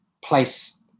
place